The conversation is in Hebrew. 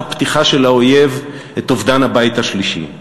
הפתיחה של האויב את אובדן הבית השלישי.